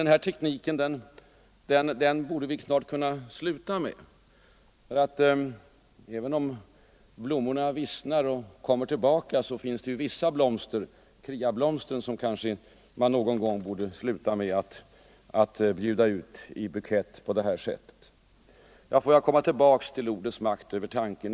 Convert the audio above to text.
Den här argumentationstekniken bör han enligt min mening sluta med. För även om blommorna vissnar och åter slår ut i blom så finns det vissa blomster, kriablomstren, som han någon gång borde upphöra att bjuda ut i buketter på det här sättet. Jag kommer så tillbaka till uttrycket ordets makt över tanken.